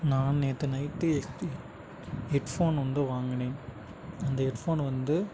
நான் நேற்று night headphone வந்து வாங்கினேன் அந்த ஹெட்ஃபோனு வந்து